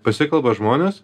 pasikalba žmonės